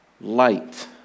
light